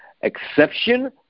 Exception